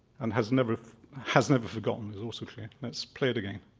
and has never has never forgotten is also clear. let's play it again.